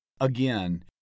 Again